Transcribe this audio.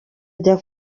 ajya